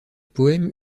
poèmes